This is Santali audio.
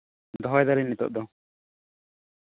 ᱫᱚᱦᱚᱭ ᱫᱟᱞᱤᱧ ᱱᱤᱛᱳᱜ ᱫᱚ